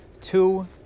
two